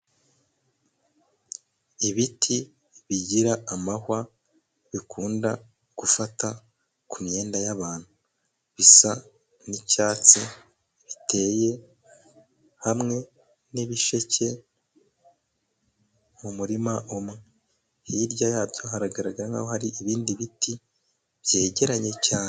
Ibiti bigira amahwa bikunda gufata ku myenda y'abantu bisa n'icyatsi, biteye hamwe n'ibisheke mu murima umwe, hirya yabyo haragaragara nkaho hari ibindi biti byegeranye cyane.